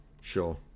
Sure